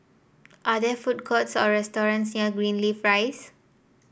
are there food courts or restaurants near Greenleaf Rise